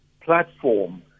platform